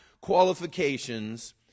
qualifications